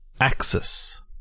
axis